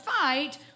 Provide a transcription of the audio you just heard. fight